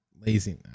lazy